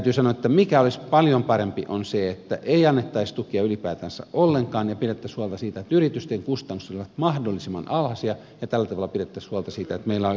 se mikä olisi paljon parempi on se että ei annettaisi tukea ylipäätänsä ollenkaan ja pidettäisiin huolta siitä että yritysten kustannukset olisivat mahdollisimman alhaisia ja tällä tavalla pidettäisiin huolta siitä että meillä on hyvä kilpailukyky